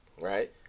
right